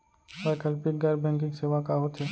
वैकल्पिक गैर बैंकिंग सेवा का होथे?